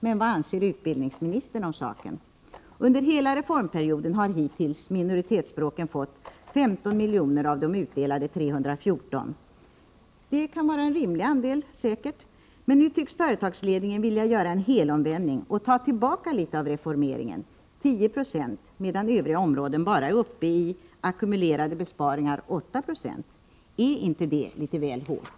Men vad anser statsrådet Göransson om saken? Under hela reformperioden har minoritetsspråken hittills fått 15 miljoner av de utdelade 314 miljonerna. Det kan vara en rimlig andel — säkert. Men nu tycks företagsledningen vilja göra en helomvändning och ta tillbaka litet av reformeringen — 10 90 — medan övriga områden bara är uppe i ackumulerade besparingar på 8 Ze. Är inte det litet väl hårt?